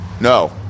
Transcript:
No